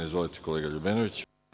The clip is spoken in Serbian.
Izvolite, kolega Ljubenoviću.